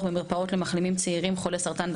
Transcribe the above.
במרפאות בקהילה למחלימים צעירים ממחלת הסרטן.